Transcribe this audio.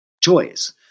choice